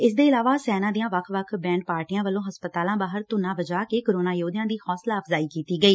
ਇਸਦੇ ਇਲਾਵਾ ਸੈਨਾ ਦੀਆਂ ਵੱਖ ਵੱਖ ਬੈਂਡ ਪਾਰਟੀਆਂ ਵੱਲੋਂ ਹਸਪਤਾਲਾਂ ਬਾਹਰ ਧੁਨਾ ਵਜਾ ਕੇ ਕੋਰੋਨਾ ਯੋਧਿਆਂ ਦੀ ਹੋਸਲਾ ਅਫਜਾਈ ਕੀਤੀ ਗਈ